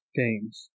games